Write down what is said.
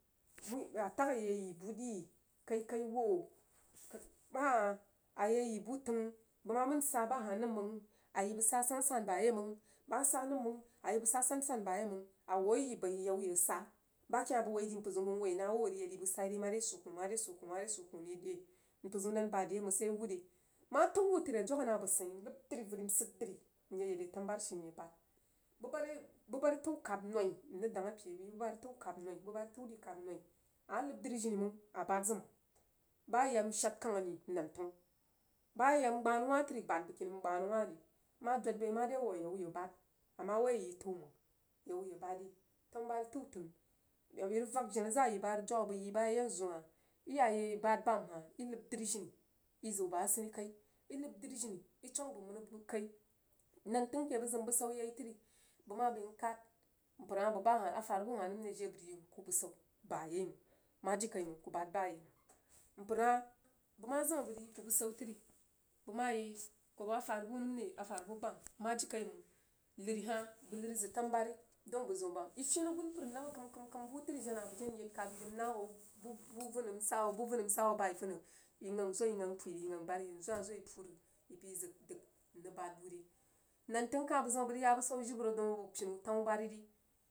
A tag yi ayi buri kai kaiwo ba hah ayi yi bu təng bəg ma mən sa bah nəm məng ayi bəg sa san bayei məng bəg sa nəm məng ayi bəg sa sansan bayei məng awu ayi bai yak u ye sa. Ba ke hah bəg woi du mpər zəun məng nwoi na wuh mare swo koh mare swo koh mare swo kan re re? Mpər zənden bayei mong sai awure? Ma təu wu təri a dwag nah bə tsein n nəb dri vəri n səddri nye yak de tanu bari she mbad bubarire bu bari təu kab nol n rəg dang ape buban tən kab nol ama nəbdrijini məng asa səg məng ba ya yak n shad kang ri nan təng ba yak m gbah nəu wah təri bad bəgkini mgbah nəu wahre. Ma dod bai mare wu a yakuye bad ama woi ayi təu məng yak uye bad re tanu bari təntəng n rəg vak jena zayi ba rəg dwag bəg jena ba yenzu ha. Iyayeyi bad ba məng hah inəb drijini i zəu bəg asini inəb dri jini itong bə mənə kai nan təng ke bəg zim busan yai təri bəg ma kad mpər hah bəg ba hah a farbu she nəm jiri a ku rəg ya bəsan bayeiməng ma jiri kai məng ku bad bayei məng mpər hah kuma zim a ku rəg yi bəg bəsau təri bəg mayi bəs bəg afanbu nəm re a farbu bayei məng ma jirikai məng nəri hah bəg nəri zəs tanu bari dau bəzəun bam. i fen agunpər namb kəm kəm kəm jena bəg jen yed kab yi rəg n nah ho bu vunəng n sa hoo bu uunəng n sa hoo bai vunəng i gang zo yi gang burəg yanzu hah zo yi pu'urəg i pəi zim dəg n rəg bad bu re nan təng kah bəg zim a bəg ya bəsan jibəro daun kini tanu bari.